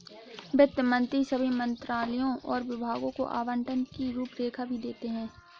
वित्त मंत्री सभी मंत्रालयों और विभागों को आवंटन की रूपरेखा भी देते हैं